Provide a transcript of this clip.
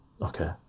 Okay